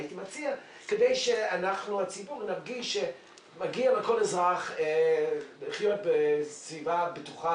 אני מציע כדי שאנחנו הציבור נרגיש שמגיע לכל אזרח לחיות בסביבה בטוחה,